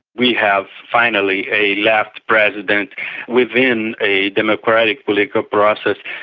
we have finally a left president within a democratic political process,